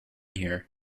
here